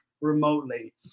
remotely